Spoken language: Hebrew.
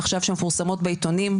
עכשיו שמפורסמות בעיתונים,